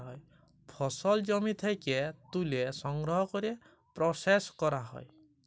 ফসল জমি থ্যাকে ত্যুলে সংগ্রহ ক্যরে পরসেস ক্যরা হ্যয়